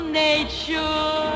nature